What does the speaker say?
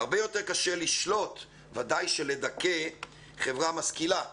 הרבה יותר קשה לשלוט וְודאי שלדכא, חברה משכילה.